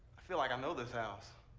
i feel like i know this house.